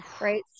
Right